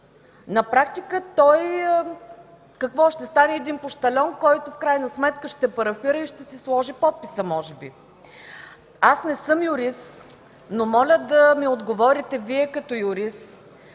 На практика той ще стане един пощальон, който в крайна сметка ще парафира и ще си сложи подписа може би. Не съм юрист, но моля да ми отговорите Вие като юрист